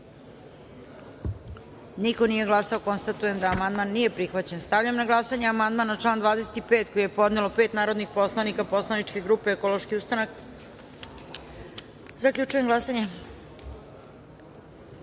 Niko nije glasao. Konstatujem da amandman nije prihvaćen. Stavljam na glasanje amandman na član 24. koji je podelo devet narodnih poslanika Poslaničke grupe Srbija centar SRCE.Zaključujem glasanje: